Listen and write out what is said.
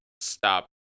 stop